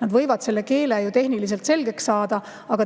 nad võivad selle keele tehniliselt selgeks saada, aga